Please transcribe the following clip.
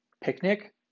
picnic